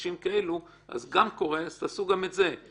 בהפרשים כאלה, אז גם קורה, אז תעשו גם את זה.